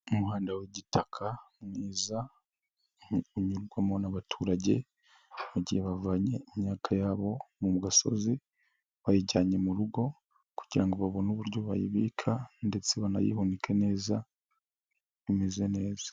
Umuhanda w'igitaka mwiza unyurwamo n'abaturage mu gihe bavanye imyaka yabo mu gasozi bayijyanye mu rugo, kugira ngo babone uburyo bayibika ndetse banayihunike neza imeze neza.